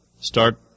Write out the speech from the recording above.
start